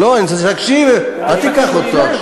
אני רוצה שהוא יקשיב, אל תיקח אותו.